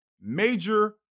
major